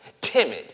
timid